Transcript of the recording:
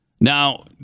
Now